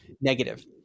negative